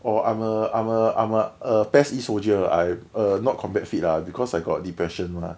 orh I'm a I'm a uh PES E soldier I err not combat fit lah because I got depression lah